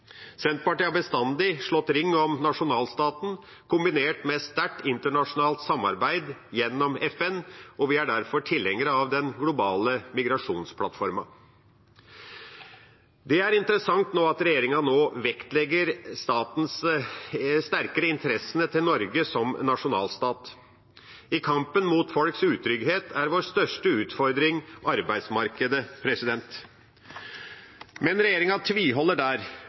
Senterpartiet har bestandig slått ring om nasjonalstaten, kombinert med sterkt internasjonalt samarbeid gjennom FN, og vi er derfor tilhengere av den globale migrasjonsplattformen. Det er interessant at regjeringa nå vektlegger sterkere interessene til Norge som nasjonalstat. I kampen mot folks utrygghet er vår største utfordring arbeidsmarkedet, men regjeringa tviholder der